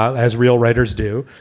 as real writers do.